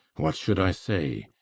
what should i say?